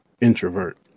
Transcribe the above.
introvert